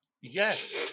Yes